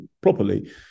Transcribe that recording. properly